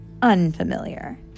Unfamiliar